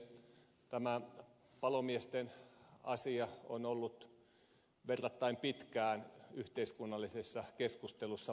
tämä palomiesten asia on ollut verrattain pitkään yhteiskunnallisessa keskustelussa mukana